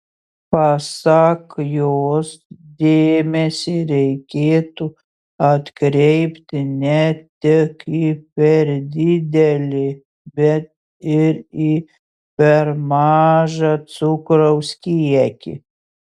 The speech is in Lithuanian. pasak jos dėmesį reikėtų atkreipti ne tik į per didelį bet ir į per mažą cukraus kiekį